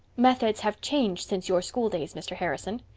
methods have changed since your schooldays, mr. harrison.